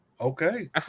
Okay